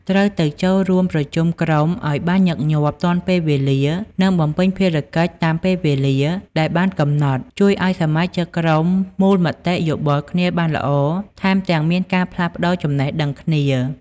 ត្រូវទៅចូលរួមប្រជុំក្រុមឱ្យបានញឹកញាប់ ទាន់ពេល និងបំពេញភារកិច្ចតាមពេលវេលាដែលបានកំណត់ ជួយឱ្យសមាជិកក្រុមមូលមតិយោបល់គ្នាបានល្អ ថែមទាំងមានការផ្លាស់ប្តូចំណេះដឹងគ្នា។